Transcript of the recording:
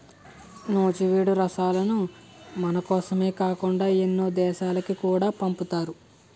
నూజివీడు రసాలను మనకోసమే కాకుండా ఎన్నో దేశాలకు కూడా పంపుతారు